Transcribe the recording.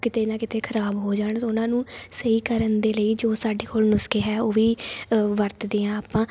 ਕਿਤੇ ਨਾ ਕਿਤੇ ਖਰਾਬ ਹੋ ਜਾਣ ਉਹਨਾਂ ਨੂੰ ਸਹੀ ਕਰਨ ਦੇ ਲਈ ਜੋ ਸਾਡੇ ਕੋਲ ਨੁਸਖ਼ੇ ਹੈ ਉਹ ਵੀ ਵਰਤਦੇ ਹਾਂ ਆਪਾਂ